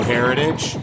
Heritage